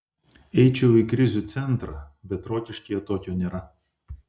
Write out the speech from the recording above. eičiau į krizių centrą bet rokiškyje tokio nėra